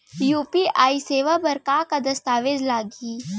UPI सेवा बर का का दस्तावेज लागही?